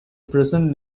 present